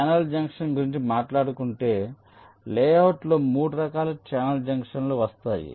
channel జంక్షన్ల గురించి మాట్లాడుకుంటే లేఅవుట్లో 3 రకాల ఛానల్ జంక్షన్లు వస్తాయి